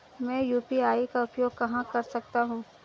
मैं यू.पी.आई का उपयोग कहां कर सकता हूं?